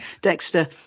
dexter